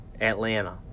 Atlanta